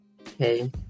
Okay